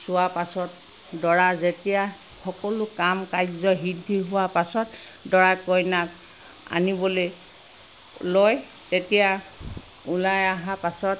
চোৱাৰ পাছত দৰা যেতিয়া সকলো কাম কাৰ্য্য সিদ্ধি হোৱাৰ পাছত দৰাই কইনাক আনিবলৈ লয় তেতিয়া ওলাই হা পাছত